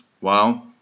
Wow